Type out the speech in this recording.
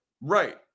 Right